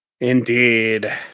Indeed